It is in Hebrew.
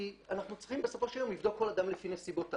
כי אנחנו צריכים בסופו של יום לבדוק כל אדם לפי נסיבותיו,